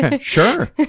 Sure